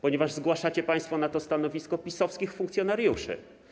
Ponieważ zgłaszacie państwo na to stanowisko PiS-owskich funkcjonariuszy.